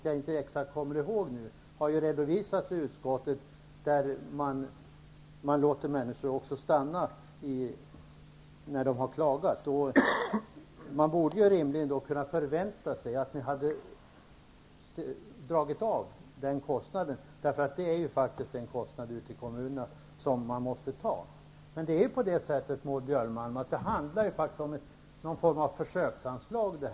Jag kommer inte ihåg exakt vad som redovisades i utskottet om hur många människor som får stanna när de har överklagat. Man borde rimligen kunna förvänta sig att ni hade dragit av den kostnaden, som kommunerna måste ta. Det handlar om någon form av försöksanslag.